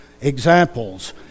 examples